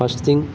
first thing